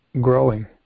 growing